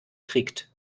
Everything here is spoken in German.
kriegt